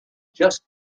just